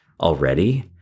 already